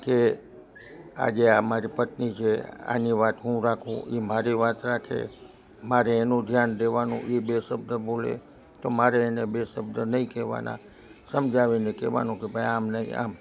કે આજે આ મારી પત્ની છે આની વાત હું રાખું ઇ મારી વાત રાખે મારે એનું ધ્યાન દેવાનું ઇ બે શબ્દ બોલે તો મારે એને બે શબ શબ્દ નઇ કેવાના સમજાવીને કેવાનું કે ભઇ આમ નઇ આમ